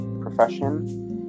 profession